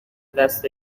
دست